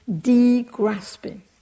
de-grasping